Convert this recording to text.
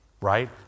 Right